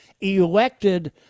elected